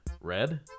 red